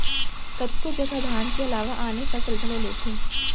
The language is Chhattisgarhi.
कतको जघा धान के अलावा आने फसल घलौ लेथें